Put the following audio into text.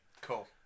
Cool